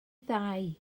ddau